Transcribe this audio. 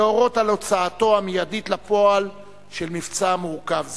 להורות על הוצאתו המיידית לפועל של מבצע מורכב זה.